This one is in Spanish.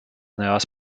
nuevas